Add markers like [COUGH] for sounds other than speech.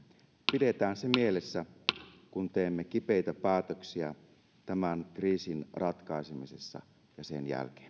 pidetään se mielessä kun teemme kipeitä päätöksiä tämän kriisin ratkaisemisessa ja sen jälkeen [UNINTELLIGIBLE]